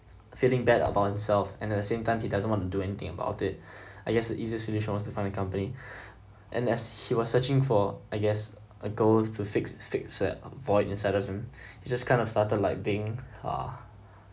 feeling bad about himself and at the same time he doesn't want to do anything about it I guess easiest solution was to find a company and as he was searching for I guess a goal to fix fix that void inside of him he just kind of started like being ah